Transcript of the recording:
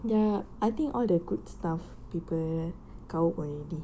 ya I think all the good stuff people kaut already